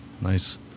Nice